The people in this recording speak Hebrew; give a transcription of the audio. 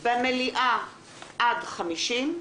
במליאה עד 50,